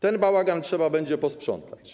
Ten bałagan trzeba będzie posprzątać.